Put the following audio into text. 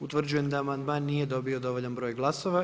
Utvrđujem da amandman nije dobio dovoljan broj glasova.